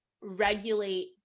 regulate